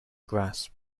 grasp